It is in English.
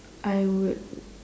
I would